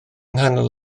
nghanol